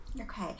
Okay